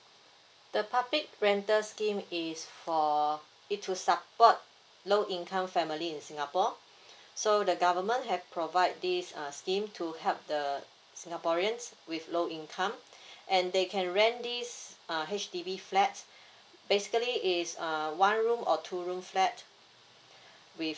the public rental scheme is for it will support low income family in singapore so the government have provide this uh scheme to help the singaporeans with low income and they can rent this a H_D_B flat basically is uh one room or two room flat with